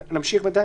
בינתיים, נמשיך.